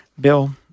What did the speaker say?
Bill